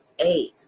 Eight